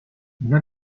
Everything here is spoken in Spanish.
una